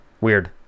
Weird